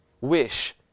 wish